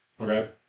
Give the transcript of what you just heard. Okay